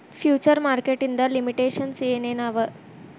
Future market ಇಂದ್ limitations ಏನ್ ಏನವ?